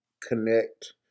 connect